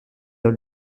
dans